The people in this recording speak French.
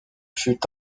fut